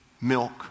milk